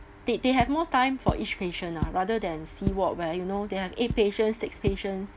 they they have more time for each patient ah rather than C ward where you know they have eight patients six patients